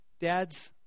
Dads